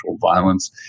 violence